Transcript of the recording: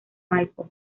maipo